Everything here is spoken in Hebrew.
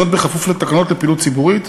זאת בכפוף לתקנות לפעילות ציבורית.